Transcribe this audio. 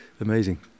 Amazing